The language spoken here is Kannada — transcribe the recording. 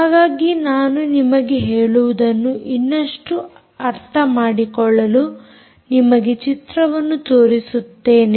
ಹಾಗಾಗಿ ನಾನು ನಿಮಗೆ ಹೇಳುವುದನ್ನು ಇನ್ನಷ್ಟು ಅರ್ಥ ಮಾಡಿಕೊಳ್ಳಲು ನಿಮಗೆ ಚಿತ್ರವನ್ನು ತೋರಿಸುತ್ತೇನೆ